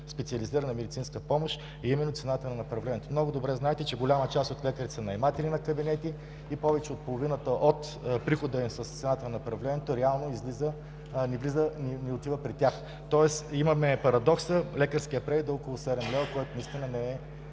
специализирана медицинска помощ е именно цената на направлението. Много добре знаете, че голяма част от лекарите са наематели на кабинети и повече от половината от прихода им с цената на направлението реално не отива при тях. Тоест имаме парадокса лекарският преглед да е около 7 лв., което наистина не е